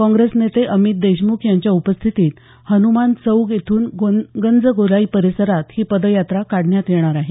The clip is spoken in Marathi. काँग्रेस नेते अमित देशमुख यांच्या उपस्थितीत हन्मान चौक येथून गंज गोलाई परिसरात ही पदयात्रा काढण्यात येणार आहे